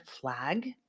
flag